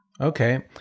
Okay